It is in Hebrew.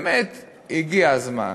באמת הגיע הזמן